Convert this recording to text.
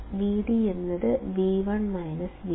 Vd V1 V2